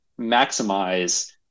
maximize